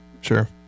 sure